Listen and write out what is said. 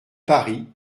paris